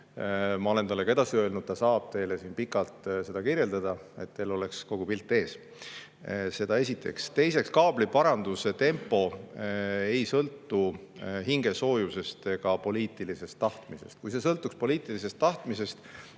[selle küsimuse] edasi öelnud, ta saab teile siin pikalt seda kirjeldada, et teil oleks kogu pilt ees. Seda esiteks. Teiseks, kaabli paranduse tempo ei sõltu hingesoojusest ega poliitilisest tahtmisest. Kui see sõltuks poliitilisest tahtmisest,